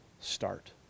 start